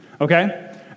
Okay